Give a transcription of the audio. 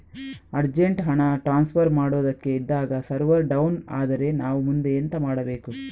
Urgent ಹಣ transfer ಮಾಡೋದಕ್ಕೆ ಇದ್ದಾಗ ಸರ್ವರ್ ಡೌನ್ ಆದರೆ ನಾವು ಮುಂದೆ ಎಂತ ಮಾಡಬೇಕು?